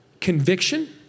conviction